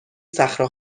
صخره